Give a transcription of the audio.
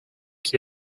qui